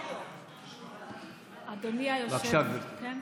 בבקשה, גברתי.